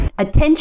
attention